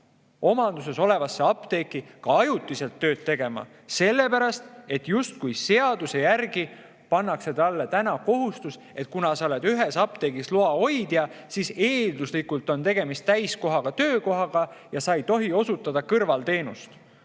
omanduses olevasse apteeki ka ajutiselt tööd tegema, sellepärast et seaduse järgi justkui pannakse talle [keeld], et kuna ta on ühe apteegi loa hoidja, siis eelduslikult on tegemist täiskohaga töökohaga ja ta ei tohi osutada kõrvalteenust.